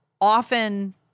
often